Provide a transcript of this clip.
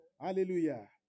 Hallelujah